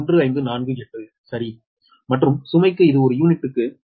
1548சரி மற்றும் சுமைக்கு இது ஒரு யூனிட்டுக்கு 0